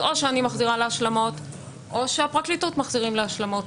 אז או שאני מחזירה להשלמות או שהפרקליטות מחזירים להשלמות.